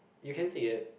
you can see it